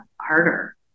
harder